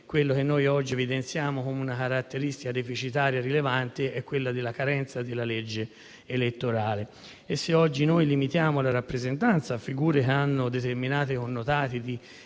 quella che noi oggi evidenziamo come una caratteristica deficitaria rilevante è la carenza della legge elettorale, e se oggi noi limitiamo la rappresentanza a figure che hanno determinati connotati di